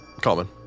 Common